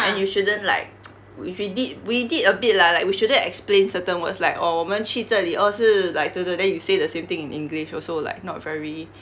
and you shouldn't like if we did we did a bit lah like we shouldn't explain certain words like oh 我们去这里 oh 是 like then you say the same thing in english also like not very